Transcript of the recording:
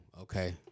okay